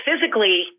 physically